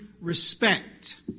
respect